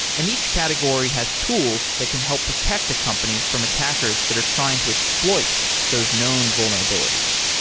and each category has tools that can help protect a company from attackers that are trying to exploit those known vulnerabilities.